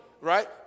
right